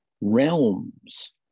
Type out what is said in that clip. realms